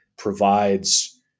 provides